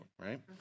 right